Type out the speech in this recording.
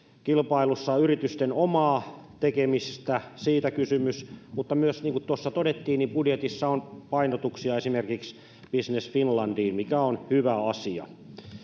kilpailussa yritysten omaa tekemistä siitä on kysymys mutta niin kuin tuossa todettiin budjetissa on painotuksia myös esimerkiksi business finlandiin mikä on hyvä asia